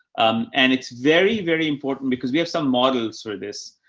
um, and it's very, very important because we have some models for this.